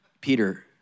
Peter